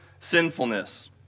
sinfulness